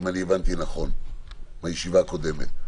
אם אני הבנתי נכון מהישיבה הקודמת.